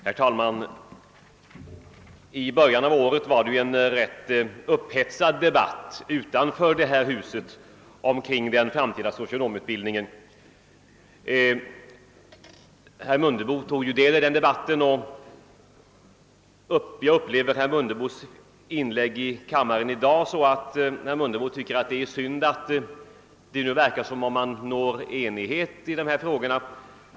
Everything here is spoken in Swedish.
Herr talman! I början av året förekom det en rätt upphetsad debatt utanför det här huset om den framtida socionomutbildningen. Herr Mundebo tog del i den debatten, och jag uppfattar herr Mundebos inlägg i kammaren i dag så, att herr Mundebo tycker det är synd att man nu nått enighet i de här frågorna.